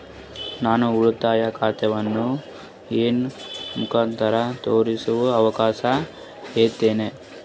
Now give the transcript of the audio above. ನಾನು ಉಳಿತಾಯ ಖಾತೆಯನ್ನು ಆನ್ ಲೈನ್ ಮುಖಾಂತರ ತೆರಿಯೋ ಅವಕಾಶ ಐತೇನ್ರಿ?